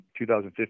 2015